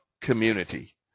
community